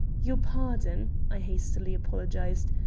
your pardon, i hastily apologized.